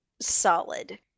solid